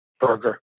Burger